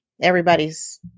everybody's